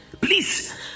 please